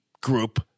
group